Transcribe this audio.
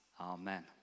amen